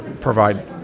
provide